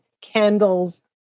candles